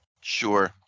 sure